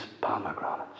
pomegranates